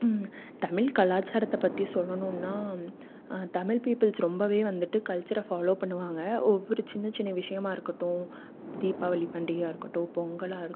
தமிழ் கலாச்சாரத்தை பற்றி சொல்லணும்னா தமிழ் பீப்பிள்ஸ் ரொம்ப வந்துட்டு கல்ச்சரை ஃபாலோ பண்ணுவாங்க ஒவ்வொரு சின்ன சின்ன விஷயமாக இருக்கட்டும் தீபாவளி பண்டிகையாக இருக்கட்டும் பொங்கலாக இருக்கட்டும்